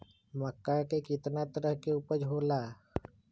मक्का के कितना तरह के उपज हो ला?